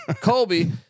Colby